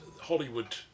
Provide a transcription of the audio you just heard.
Hollywood